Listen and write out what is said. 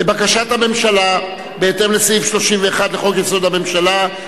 בקשת הממשלה בהתאם לסעיף 31(ב) לחוק-יסוד: הממשלה,